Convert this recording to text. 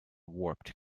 warped